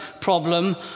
problem